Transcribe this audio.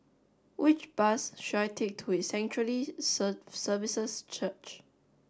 which bus should I take to His Sanctuary Services Church